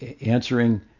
answering